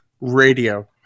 radio